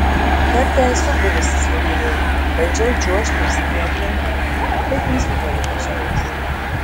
kartą esu buvusi slidinėti bandžiau čiuožti ir snieglente bet nesu toli pažengusi